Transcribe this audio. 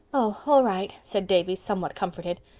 oh, all right, said davy, somewhat comforted.